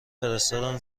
فرستادن